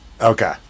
Okay